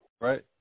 Right